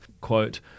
Quote